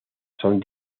son